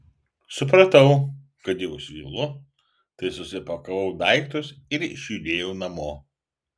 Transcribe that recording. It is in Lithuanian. supratau kad jau svylu tai susipakavau daiktus ir išjudėjau namo